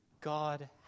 God